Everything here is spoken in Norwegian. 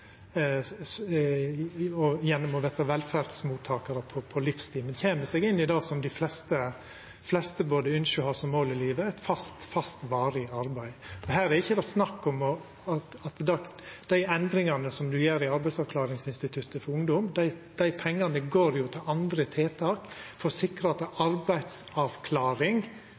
ein skjebne gjennom å verta velferdsmottakarar på livstid, men kjem seg inn i det som dei fleste både ynskjer og har som mål i livet: fast, varig arbeid. Dei endringane som ein gjer i arbeidsavklaringsinstituttet for ungdom, gjer at det går pengar til andre tiltak for å sikra arbeidsavklaring